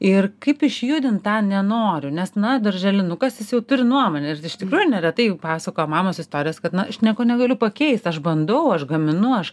ir kaip išjudint tą nenoriu nes na darželinukas jis jau turi nuomonę ir iš tikrųjų neretai pasakoja mamos istorijas kad na aš nieko negaliu pakeisti aš bandau aš gaminu aš